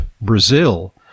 Brazil